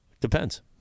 Depends